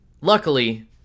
luckily